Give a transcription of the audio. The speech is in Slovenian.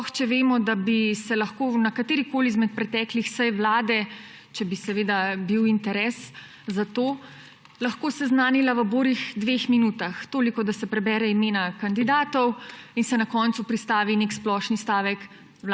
sploh če vemo, da bi se lahko na katerikoli izmed preteklih sej vlade, če bi seveda bil interes za to, lahko seznanila v borih dveh minutah, toliko, da se preberejo imena kandidatov in se na koncu pristavi nek splošni stavek: